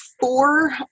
four